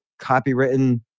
copywritten